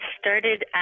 started